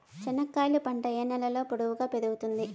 చెనక్కాయలు పంట ఏ నేలలో పొడువుగా పెరుగుతుంది?